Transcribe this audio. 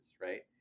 right